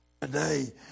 Today